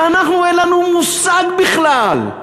שאנחנו, אין לנו מושג בכלל.